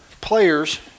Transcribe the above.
players